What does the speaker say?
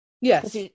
Yes